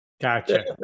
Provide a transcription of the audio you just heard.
Gotcha